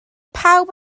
pawb